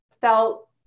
felt